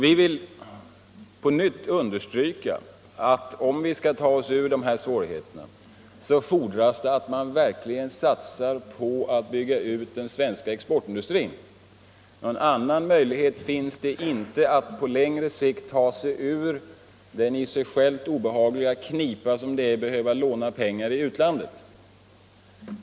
Vi vill på nytt understryka att det, om vi skall ta oss ur dessa svårigheter, fordras att man verkligen satsar på att bygga ut den svenska exportindustrin. Någon annan möjlighet finns inte att med långsiktig verkan ta sig ur den i sig själv obehagliga knipa som det är att behöva låna pengar i utlandet.